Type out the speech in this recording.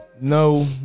No